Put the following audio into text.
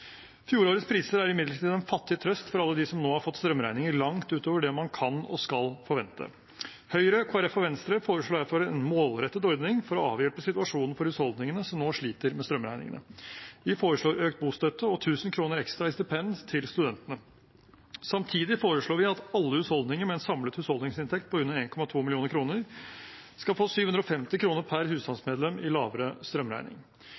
Fjorårets priser er imidlertid en fattig trøst for alle dem som nå har fått strømregninger som er langt utover det man kan og skal forvente. Høyre, Kristelig Folkeparti og Venstre foreslår derfor en målrettet ordning for å avhjelpe situasjonen for husholdningene som nå sliter med strømregningene. Vi foreslår økt bostøtte og 1 000 kr ekstra i stipend til studentene. Samtidig foreslår vi at alle husholdninger med en samlet husholdningsinntekt på under 1,2 mill. kr skal få 750 kr per husstandsmedlem i lavere strømregning.